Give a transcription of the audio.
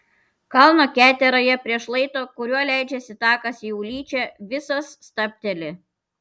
kalno keteroje prie šlaito kuriuo leidžiasi takas į ulyčią visos stabteli